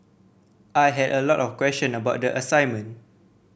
I had a lot of question about the assignment